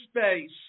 space